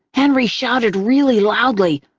henry shouted really loudly,